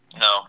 No